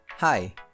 Hi